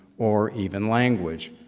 or even language.